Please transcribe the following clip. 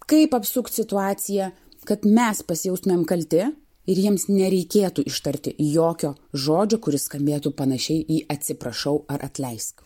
kaip apsukt situaciją kad mes pasijustumėm kalti ir jiems nereikėtų ištarti jokio žodžio kuris skambėtų panašiai į atsiprašau ar atleisk